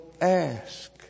ask